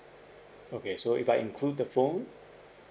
okay so if I include the phone